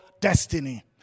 destiny